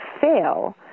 fail